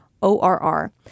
ORR